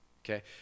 Okay